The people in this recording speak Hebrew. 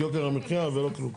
את יוקר המחיה ולא כלום.